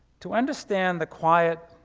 to understand the quiet,